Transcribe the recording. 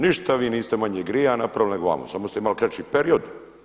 Ništa vi niste manje grija napravili nego vamo, samo ste imali kraći period.